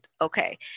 Okay